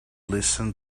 listen